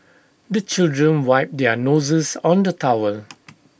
the children wipe their noses on the towel